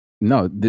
No